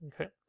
okay